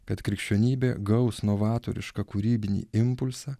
kad krikščionybė gaus novatorišką kūrybinį impulsą